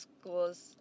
schools